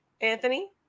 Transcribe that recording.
Anthony